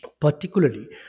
particularly